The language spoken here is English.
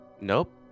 Nope